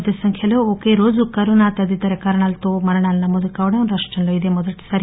పెద్ద సంఖ్యలో ఒకే రోజు కోవిడ్ తదితరకారణాలతో మరణాలు నమోదు కావటం రాష్టంలో ఇదే మొదటి సారి